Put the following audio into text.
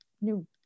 new